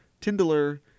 Tindler